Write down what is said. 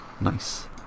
nice